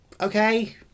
okay